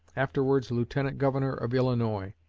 afterwards lieutenant-governor of illinois.